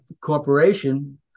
corporation